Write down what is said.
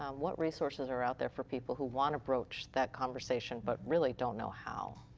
um what resources are out there for people who want to broach that conversation but really don't know how?